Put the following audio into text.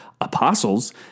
apostles